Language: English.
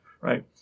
right